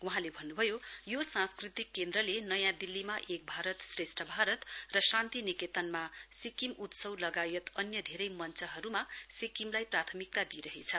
वहाँले भन्न् भयो यो सांस्कृतिक केन्द्रले नयाँ दिलप्लीमा एक भारत श्रेष्ठ भारत र शान्ति निकेतनमा सिक्किम उत्सव लगायत र अन्य धेरै मञ्चहरूमा सिक्किमलाई प्राथमिकता दिइरहेछ